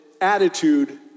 attitude